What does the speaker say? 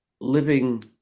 living